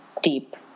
deep